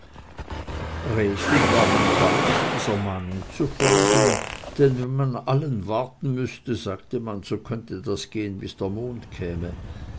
rätig war man bald dieser mahnung zu folgen denn wenn man allen warten müßte sagte man so könne das gehen bis der mond käme